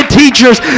teachers